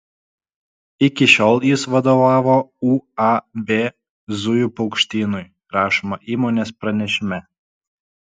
iki šiol jis vadovavo uab zujų paukštynui rašoma įmonės pranešime